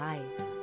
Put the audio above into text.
Life